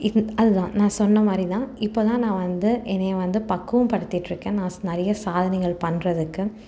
இந்த அது தான் நான் சொன்ன மாதிரி தான் இப்போ தான் நான் வந்து என்னையை வந்து பக்குவம் படித்திட்டு இருக்கேன் நான் நிறைய சாதனைகள் பண்ணுறதுக்கு